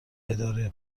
اداره